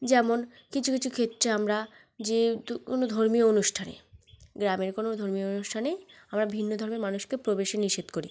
যেমন কিছু কিছু ক্ষেত্রে আমরা যেহেতু কোনো ধর্মীয় অনুষ্ঠানে গ্রামের কোনো ধর্মীয় অনুষ্ঠানে আমরা ভিন্ন ধর্মের মানুষকে প্রবেশে নিষেধ করি